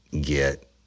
get